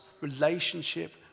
relationship